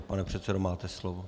Pane předsedo, máte slovo.